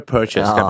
Purchase